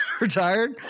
retired